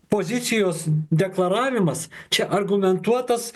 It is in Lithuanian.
pozicijos deklaravimas čia argumentuotas